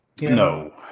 No